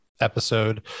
episode